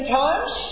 times